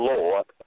Lord